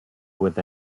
with